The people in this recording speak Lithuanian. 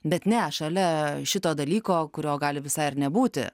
bet ne šalia šito dalyko kurio gali visai ir nebūti